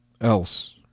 else